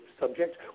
subject